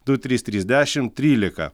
du trys trys dešimt trylika